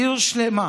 עיר שלמה,